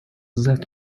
that